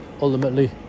ultimately